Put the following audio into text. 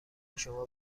شما